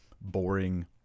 boring